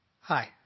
Hi